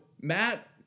Matt